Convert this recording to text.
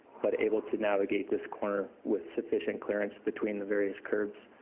but able to navigate this corner with sufficient clearance between the various curbs,